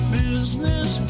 business